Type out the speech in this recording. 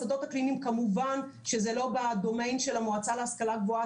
השדות הקליניים הם כמובן לא בדומיין של המועצה להשכלה גבוהה,